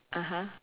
(uh huh)